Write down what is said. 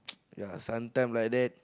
ya sometime like that